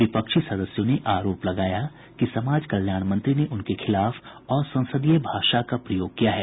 विपक्षी सदस्यों ने आरोप लगाया कि समाज कल्याण मंत्री ने उनके खिलाफ असंसदीय भाषा का प्रयोग किया है